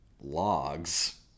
logs